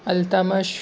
Iltutmish